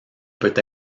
peut